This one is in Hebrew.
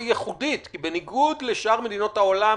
ייחודית כי בניגוד לשאר מדינות העולם,